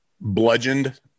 bludgeoned